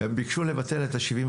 הם ביקשו לבטל את ה-75 דולר.